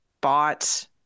bought